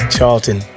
Charlton